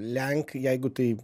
lenkai jeigu tai